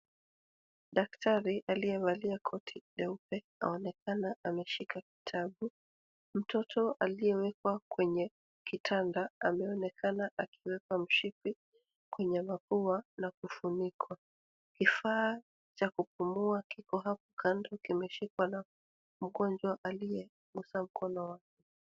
Daktari alieonekana wazi amesimama karibu na kitanda, akiwa ameshika kitabu. Mtoto aliyelala kitandani ameonekana akitumia mto wenye maua na kifuniko. Kifaa cha kupumua kipo pembeni, kimeshikwa na mgonjwa kwa mkono wake wa kushoto.